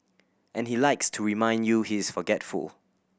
and he likes to remind you he is forgetful